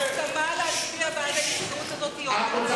ההסכמה להצביע בעד ההסתייגות הזאת היא אומנם,